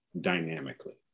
dynamically